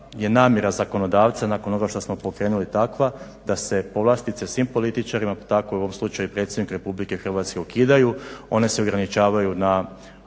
je namjera zakonodavca nakon onog što smo pokrenuli takva, da se povlastice svim političarima, pa tako i u ovom slučaju predsjedniku Republike Hrvatske ukidaju. One se ograničavaju na